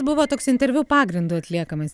buvo toks interviu pagrindu atliekamas